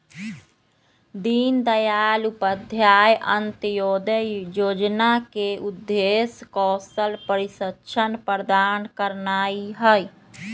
दीनदयाल उपाध्याय अंत्योदय जोजना के उद्देश्य कौशल प्रशिक्षण प्रदान करनाइ हइ